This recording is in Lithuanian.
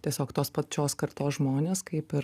tiesiog tos pačios kartos žmonės kaip ir